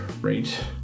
right